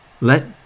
Let